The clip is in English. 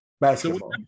Basketball